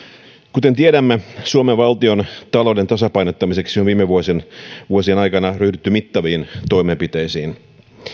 kuten tiedämme suomen valtiontalouden tasapainottamiseksi on viime vuosien aikana ryhdytty mittaviin toimenpiteisiin